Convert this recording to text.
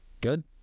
good